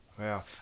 Wow